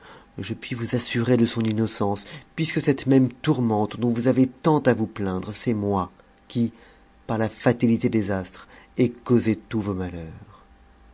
je puis vous assurer de son innocence puisque cette même tourmente dont vous avez tant à vous plaindre c'est moi qui par la tatité des astres ai causé tous vos malheurs